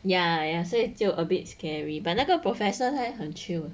ya ya said 就 a bit scary but 那个 professor 他很 chill